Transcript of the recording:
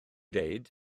dweud